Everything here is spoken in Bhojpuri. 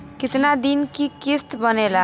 कितना दिन किस्त बनेला?